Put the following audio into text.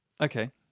Okay